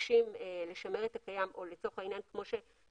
שמבקשים לשמר את הקיים או לצורך העניין כמו שאמרתי,